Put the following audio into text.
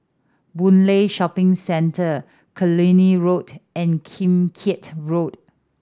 Boon Lay Shopping Centre Killiney Road and Kim Keat Road